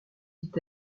dit